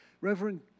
Reverend